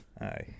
aye